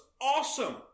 awesome